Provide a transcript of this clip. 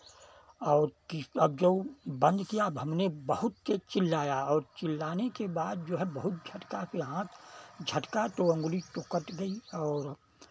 और तीसरा जो बंद किया तो हमने बहुत तेज़ चिल्लाया और चिल्लाने के बाद जो है बहुत झटका से हाथ झटका तो उंगली तो कट गयी और